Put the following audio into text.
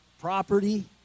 property